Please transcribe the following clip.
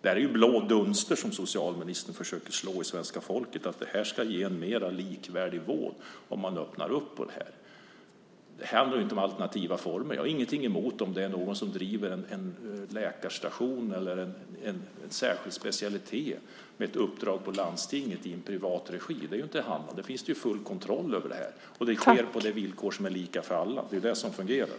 Det är blå dunster som socialministern försöker slå i svenska folket att det ska ge en mer likvärdig vård om man öppnar för det här. Det handlar inte om alternativa former. Jag har inget emot om någon driver en läkarstation eller en mottagning med särskild specialitet på uppdrag av landstinget i privat regi. Där finns det ju full kontroll, och vården är på villkor som är lika för alla. Det är det som fungerar.